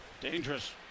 Dangerous